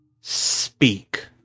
speak